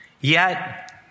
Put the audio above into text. Yet